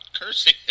cursing